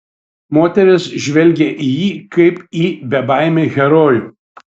moterys žvelgė į jį kaip į bebaimį herojų